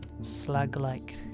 slug-like